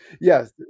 yes